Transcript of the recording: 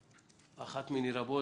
אחת מיני רבות